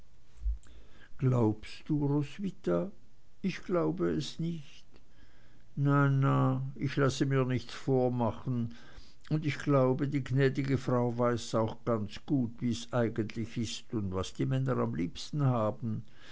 glaubst du roswitha ich glaube es nicht na na ich lasse mir nichts vormachen und ich glaube die gnädige frau weiß auch ganz gut wie's eigentlich ist und was die männer am liebsten haben